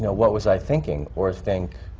yeah what was i thinking? or think,